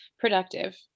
productive